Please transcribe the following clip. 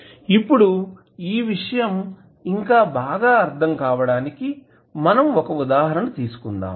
ఇప్పుడు ఈ విషయం ఇంకా బాగా అర్ధం కావడానికి కావడానికి మనం ఒక ఉదాహరణ తీసుకుందాము